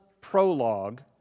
prologue